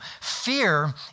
Fear